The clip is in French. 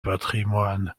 patrimoine